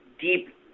deep